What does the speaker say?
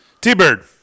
T-Bird